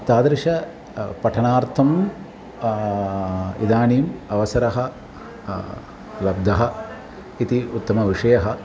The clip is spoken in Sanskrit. तादृशं पठनार्थम् इदानीम् अवसरः लब्धः इति उत्तमविषयः